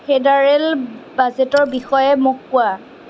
federal বাজেটৰ বিষয়ে মোক কোৱা